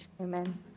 Amen